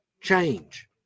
change